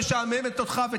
שמשעממת אותך,